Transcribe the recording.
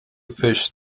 fish